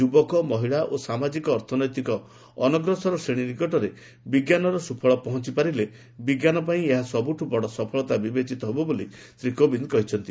ଯୁବକ ମହିଳା ଓ ସାମାଜିକ ଅର୍ଥନୈତିକ ଅନଗ୍ରସର ଶ୍ରେଣୀ ନିକଟରେ ବିଜ୍ଞାନର ସୁଫଳ ପହଞ୍ଚପାରିଲେ ବିଜ୍ଞାନ ପାଇଁ ଏହା ସବୁଠୁ ବଡ ସଫଳତା ବିବେଚିତ ହେବ ବୋଲି ଶ୍ରୀ କୋବିନ୍ଦ କହିଛନ୍ତି